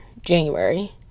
January